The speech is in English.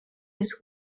his